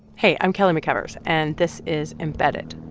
hey, i'm kelly mcevers, and this is embedded.